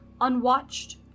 unwatched